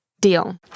Deal